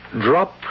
Drop